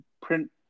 print